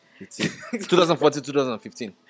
2014-2015